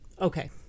Okay